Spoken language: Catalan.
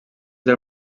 del